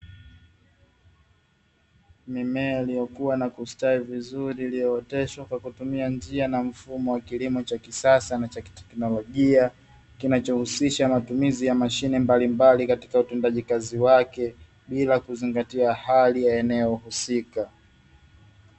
Mimea iliyokuwa na kustawi vizuri iliyo oteshwa kwa kutumia njia na mfumo wa kilimo cha kisasa na cha kiteknolojia, kinachohusisha matumizi ya mashine mbali mbali katika utendaji kazi wake bila kuzingatia hali ya eneo husika.